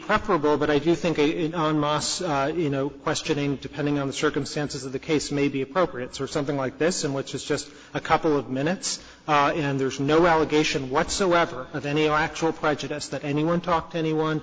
preferable but i do think you know questioning depending on the circumstances of the case may be appropriate for something like this in which is just a couple of minutes and there's no allegation whatsoever of any actual prejudice that anyone talked to anyone